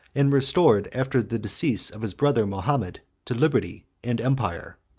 and restored, after the decease of his brother mahomet, to liberty and empire.